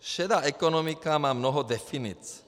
Šedá ekonomika má mnoho definic.